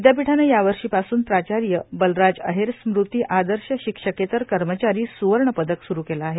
विद्यापीठाने या वर्षीपासून प्राचार्य बलराज अहेर स्मृती आदर्श शिक्षकेतर कर्मचारी सूवर्ण पदक स्रू केले आहे